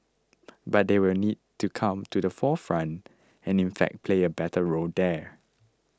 but they will need to come to the forefront and in fact play a better role there